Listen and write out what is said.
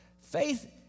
Faith